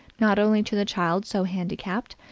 not only to the child so handicapped,